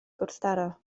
gwrthdaro